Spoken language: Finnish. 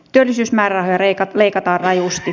työllisyysmäärärahoja leikataan rajusti